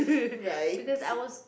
right